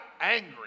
angry